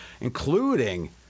including